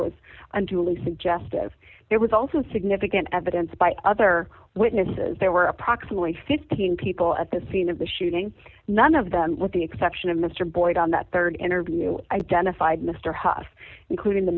truly suggestive there was also significant evidence by other witnesses there were approximately fifteen people at the scene of the shooting none of them with the exception of mr boyd on that rd interview identified mr haas including the